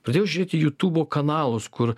pradėjau žiūrėti jutūbo kanalus kur